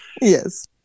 Yes